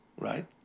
right